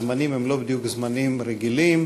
הזמנים הם לא בדיוק זמנים רגילים,